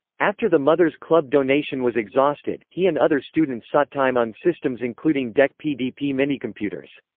after the mothers club donation was exhausted, he and other students sought time on systems including dec pdp minicomputers.